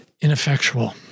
ineffectual